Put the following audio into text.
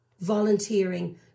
volunteering